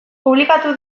publikatu